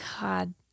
God